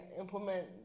implement